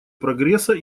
прогресса